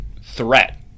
threat